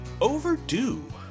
Overdue